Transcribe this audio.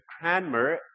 Cranmer